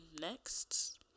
next